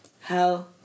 hell